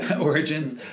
origins